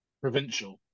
provincial